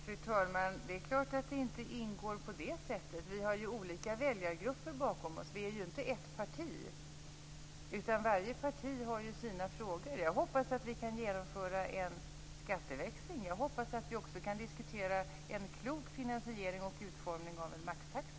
Fru talman! Det är klart att det inte ingår på det sättet. Vi har ju olika väljargrupper bakom oss. Vi är ju inte ett parti, utan varje parti har sina frågor. Jag hoppas att vi kan genomföra en skatteväxling. Jag hoppas att vi också kan diskutera en klok finansiering och utformning av en maxtaxa.